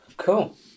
Cool